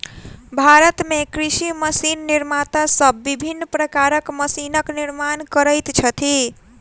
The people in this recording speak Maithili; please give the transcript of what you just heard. भारत मे कृषि मशीन निर्माता सब विभिन्न प्रकारक मशीनक निर्माण करैत छथि